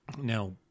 Now